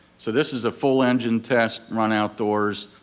so this is a full engine test run outdoors.